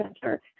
center